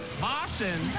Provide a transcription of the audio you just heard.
Boston